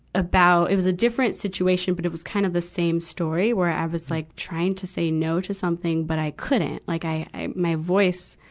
about, it was a different situation, but it was kid kind of the same story, where i was like trying to say no to something, but i couldn't. like i, i, my voice,